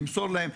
למסור להם.